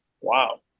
Wow